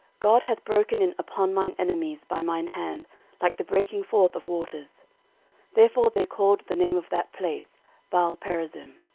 god hath broken in upon mine enemies by mine hand like the breaking forth of waters therefore they called the name of that place baalperazim.